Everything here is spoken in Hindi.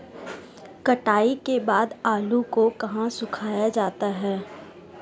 कटाई के बाद आलू को कहाँ सुखाया जाता है?